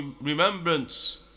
remembrance